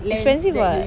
expensive [what]